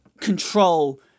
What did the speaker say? control